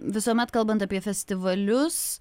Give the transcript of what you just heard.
visuomet kalbant apie festivalius